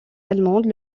allemande